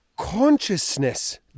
consciousness